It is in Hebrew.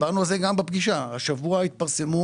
השבוע התפרסמו